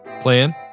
plan